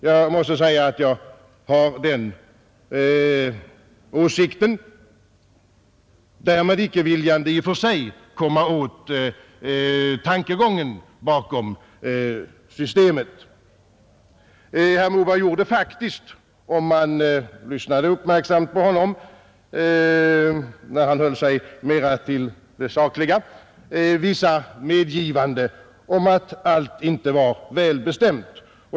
Jag måste säga att jag har den åsikten, därmed icke viljande i och för sig komma åt tankegången bakom systemet. Herr Moberg gjorde faktiskt — det kunde man märka om man lyssnade uppmärksamt på honom då han höll sig mera till det sakliga — vissa medgivanden om att allt inte var väl beställt.